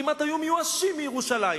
שכמעט היו מיואשים מירושלים,